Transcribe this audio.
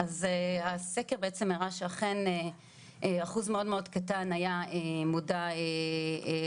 אז הסקר בעצם הראה שאכן אחוז מאוד מאוד קטן היה מודע לחוק